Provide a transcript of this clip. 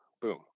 boom